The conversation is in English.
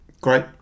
Great